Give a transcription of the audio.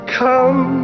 come